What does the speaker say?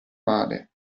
male